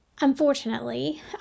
Unfortunately